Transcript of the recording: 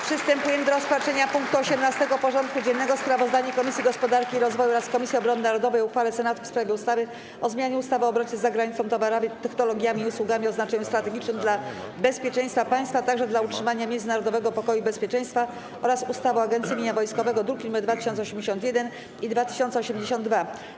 Przystępujemy do rozpatrzenia punktu 18. porządku dziennego: Sprawozdanie Komisji Gospodarki i Rozwoju oraz Komisji Obrony Narodowej o uchwale Senatu w sprawie ustawy o zmianie ustawy o obrocie z zagranicą towarami, technologiami i usługami o znaczeniu strategicznym dla bezpieczeństwa państwa, a także dla utrzymania międzynarodowego pokoju i bezpieczeństwa oraz ustawy o Agencji Mienia Wojskowego (druki nr 2081 i 2082)